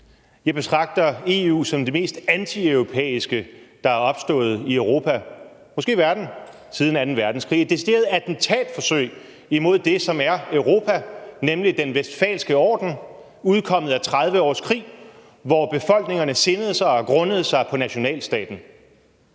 Jeg betragter EU som det mest antieuropæiske, der er opstået i Europa – måske i verden – siden anden verdenskrig. Det er et decideret attentatforsøg på det, som er Europa, nemlig den westfalske orden, udkommet af 30 års krig, hvor befolkningerne sindede sig og grundede sig på nationalstaten.